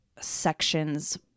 sections